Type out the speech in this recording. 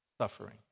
suffering